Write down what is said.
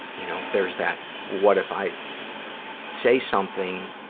you know, if there's that what if i say something,